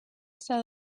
está